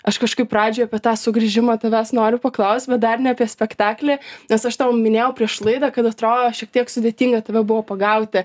aš kažkaip pradžioj apie tą sugrįžimą tavęs noriu paklaust bet dar ne apie spektaklį nes aš tau minėjau prieš laidą kad atrodo šiek tiek sudėtinga tave buvo pagauti